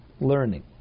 learning